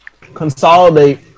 consolidate